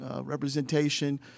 representation